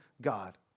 God